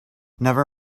never